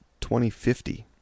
2050